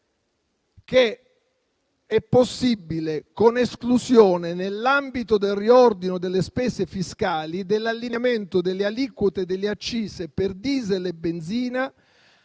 le seguenti:* "con esclusione, nell'ambito del riordino delle spese fiscali, dell'allineamento delle aliquote delle accise per diesel e benzina,